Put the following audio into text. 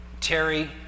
Terry